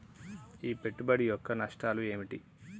ఈ పెట్టుబడి యొక్క నష్టాలు ఏమిటి?